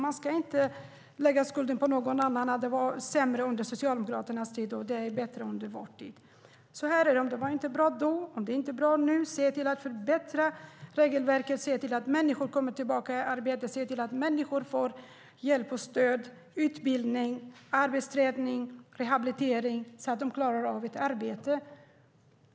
Man ska inte lägga skulden på någon annan och säga att det var sämre under Socialdemokraternas tid och att det är bättre nu. Det var inte bra då, och det är inte bra nu. Se till att förbättra regelverket. Se till att människor kommer tillbaka i arbete. Se till att människor får hjälp och stöd, utbildning, arbetsträning och rehabilitering så att de klarar av ett arbete.